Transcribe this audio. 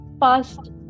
past